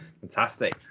fantastic